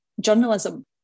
journalism